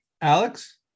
Alex